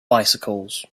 bicycles